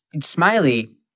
smiley